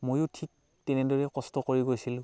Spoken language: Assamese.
ময়ো ঠিক তেনেদৰে কষ্ট কৰি গৈছিলোঁ